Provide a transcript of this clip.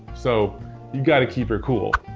so you gotta keep your cool.